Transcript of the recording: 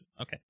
Okay